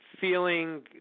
feeling